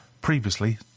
previously